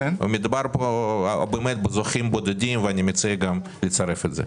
מדובר בזוכים בודדים ואני מציע לצרף את זה.